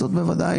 זה בוודאי